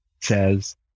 says